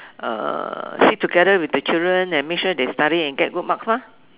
uh sit together with the children and make sure they study and get good marks mah